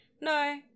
no